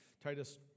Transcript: Titus